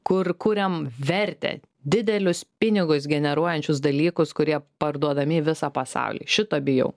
kur kuriam vertę didelius pinigus generuojančius dalykus kurie parduodami į visą pasaulį šito bijau